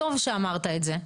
טוב שאמרת את זה.